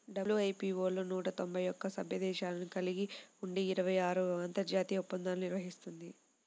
WIPO నూట తొంభై ఒక్క సభ్య దేశాలను కలిగి ఉండి ఇరవై ఆరు అంతర్జాతీయ ఒప్పందాలను నిర్వహిస్తుంది